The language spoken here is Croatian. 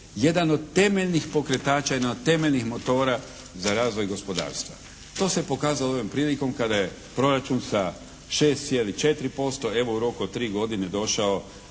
jedan od temeljnih pokretača, jedan od temeljnih motora za razvoj gospodarstva. To se pokazalo ovom prilikom kada je proračun sa 6,4% evo u roku od tri godine došao